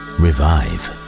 revive